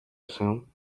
assume